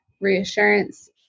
reassurance